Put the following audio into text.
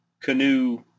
canoe